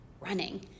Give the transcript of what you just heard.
running